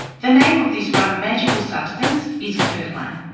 the name of this rather magical substance is curdlan.